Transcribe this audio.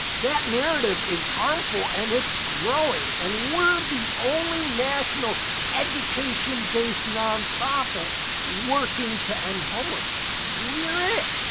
that narrative is harmful, and it's growing and we're the only national education based nonprofit working to end homelessness. we're it.